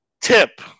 tip